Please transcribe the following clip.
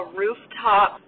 rooftop